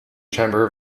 chamber